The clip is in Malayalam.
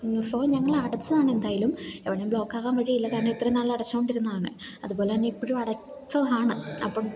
സോ ഞങ്ങൾ അടച്ചതാണ് എന്തായാലും എവിടെയും ബ്ലോക്കാകാൻ വഴിയില്ല കാരണം ഇത്രയും നാൾ അടച്ചു കൊണ്ടിരുന്നതാണ് അതു പോലെ തന്നെ ഇപ്പോഴും അടച്ചതാണ് അപ്പം